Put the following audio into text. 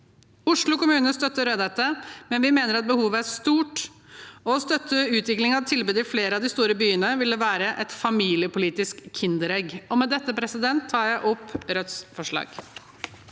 Oslo kommune støtter Rødhette, men vi mener at behovet er stort, og å støtte utvikling av tilbud i flere av de store byene ville være et familiepolitisk kinderegg. Med dette tar jeg opp Rødts forslag.